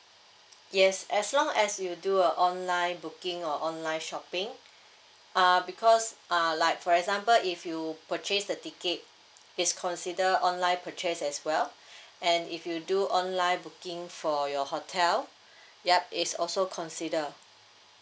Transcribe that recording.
yes as long as you do a online booking or online shopping uh because uh like for example if you purchase the ticket it's consider online purchase as well and if you do online booking for your hotel yup it's also consider